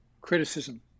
criticism